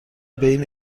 بین